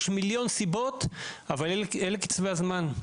יש מיליון סיבות אבל אלו קצבי הזמן.